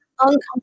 uncomfortable